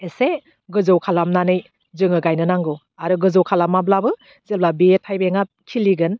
एसे गोजौ खालामनानै जोङो गायनो नांगौ आरो गोजौ खालामाब्लाबो जेब्ला बेयो थाइबेंआ खिलिगोन